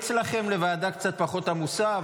אני ממליץ לכם לוועדה קצת פחות עמוסה,